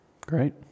Great